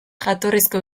jatorrizko